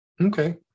Okay